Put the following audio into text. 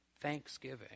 Thanksgiving